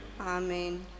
Amen